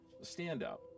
stand-up